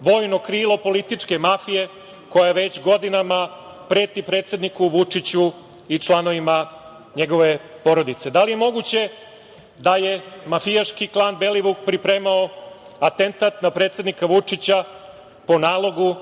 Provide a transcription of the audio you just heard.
vojno krilo kritičke mafije koja već godina preti predsedniku Vučiću i članovima njegove porodice? Da li je moguće da je mafijaški klan „Belivuk“ pripremao atentat na predsednika Vučića po nalogu